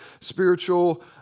spiritual